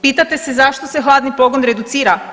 Pitate se zašto se hladni pogon reducira?